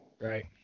Right